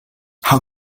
how